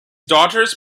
daughters